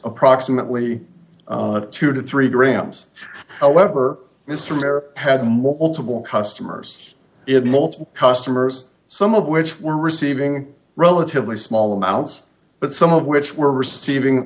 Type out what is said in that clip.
approximately two to three grams however it's true there had multiple customers it multiple customers some of which were receiving relatively small amounts but some of which were receiving